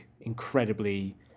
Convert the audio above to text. incredibly